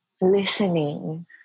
Listening